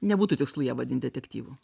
nebūtų tikslu ją vadint detektyvu